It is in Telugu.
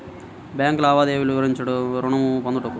బ్యాంకు లావాదేవీలు వివరించండి ఋణము పొందుటకు?